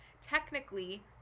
Technically